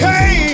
Hey